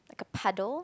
like a puddle